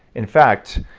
in fact,